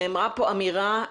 נאמרה פה אמירה,